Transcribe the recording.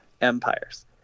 empires